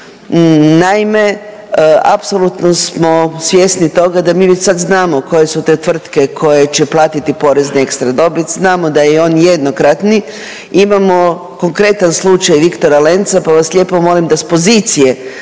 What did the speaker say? Naime, apsolutno smo svjesni toga da mi već sad znamo koje su te tvrtke koje će platiti porez na ekstra porez, znamo da je on jednokratni. Imamo konkretan slučaj Viktora Lenca, pa vas lijepo molim da s pozicije